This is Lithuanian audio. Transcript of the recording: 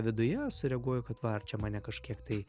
viduje sureaguoju kad va ar čia mane kažkiek tai